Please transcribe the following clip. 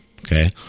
okay